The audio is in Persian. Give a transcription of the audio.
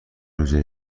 روزی